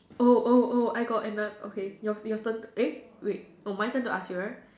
oh oh oh I got another okay your your turn eh wait oh my turn to ask you right